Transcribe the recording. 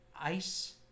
Ice